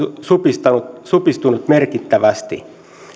supistunut supistunut merkittävästi